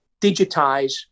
digitize